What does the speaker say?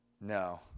No